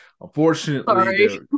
unfortunately